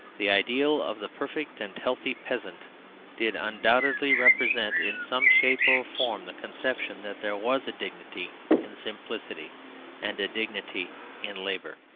the ideal of the perfect and healthy peasant did undoubtedly represent in some shape or form the conception that there was a dignity in simplicity and a dignity in labour.